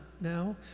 now